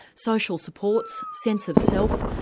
social supports, sense of self,